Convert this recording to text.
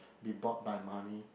be bought by money